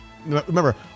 Remember